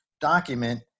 document